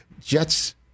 Jets